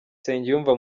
nsengiyumva